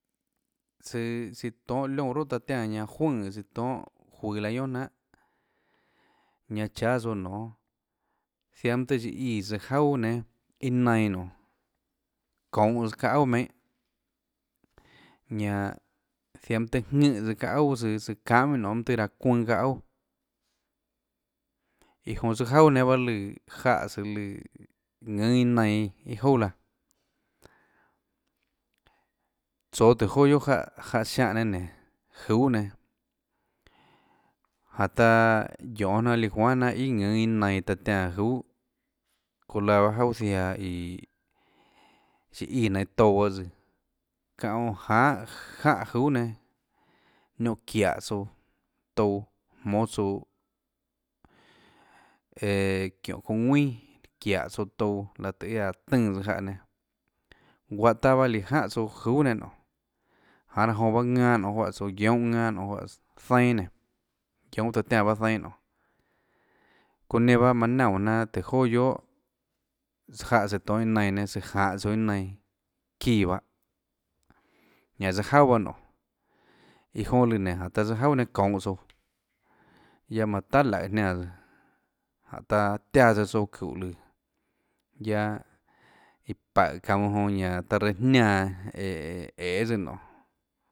Tsøã siã tonhâ liónã ronà taã tiánã ñanã juønè chiâ tonhà juøå laã guiohà jnanhà ñanã cháâ tsouã nionê ziaã mønâ tóhå tsøã íã tsøã jauà nénâ iâ nainã nionê çounhà çaâ auà meinhà ñanã ziaã mønâ tøê ðùnhã tsøã çaã auà søã søã çanhâ mønâ tøê raâ çuønâ çaâ auà iã jonã tsøâ jauà nénâ bahâ lùã jáhã tsøã lùã ðùnâ iâ nainã iâ jouà laã tsoå tùhå joà guiohà jáhã jáhã ziáhã nénâ nénå juhà nénâ jáhå taã guionê jnanà líã juahà jnanà íà ðùnâ iâ nainã taã tiánã juhà çóhã laã pahâ jauà ziaã iã søã íã nainhå touã pahâ tsøã çáhã jonã janhà jánhà juhà nénâ nióhã çiáhå tsouã touã jmónâ tsouã eeå çióhå çounã ðuinà çiáhå tsouã touã laã tùhå iâ aã tùnã tsoã jáhã nénâ guahå taâ bahâ líã janhà tsouã juhà nénã nonê janê laã jonã pahâ ðanâ nonê juáhã tsouã guionhâ ðanâ nionê juáhãs zainâ nénå guionhâ taã tiánã pahâ zainâ nionê çonã nenã pahâ manã naunè jnanà tóhå joà guiohà jáhã tsøã tonhâ iâ nainã nénâ tsøã janhå tsouã iâ nianã çíã bahâ ñanã tsøã jauà bahâ nionê iã jonã lùã nenå taã tsoã juaà nénã çonhå tsouã guiaâ manø tahà laùhå jniánãs jánhå taã tiáã tsùã tsouã çúhå lùã huiaâ iã paùhå çaunå jonã ñanã taã reã jníanã æê tsøã nionê.